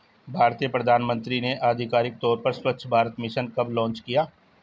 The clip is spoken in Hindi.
भारतीय प्रधानमंत्री ने आधिकारिक तौर पर स्वच्छ भारत मिशन कब लॉन्च किया?